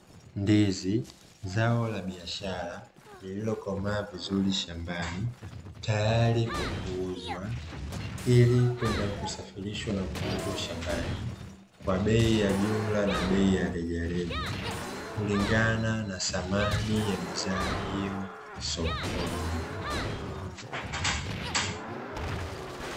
Ndizi zao la biashara lililokomaa vizuri shambani tayari kwa kuuzwa ilikwenda kuwasafishwa, na kuuzwa shambani kwa bei ya jumla na bei ya rejareja kulingana na thamani ya bidhaa hiyo sokoni.